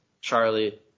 Charlie